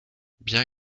bien